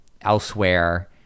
elsewhere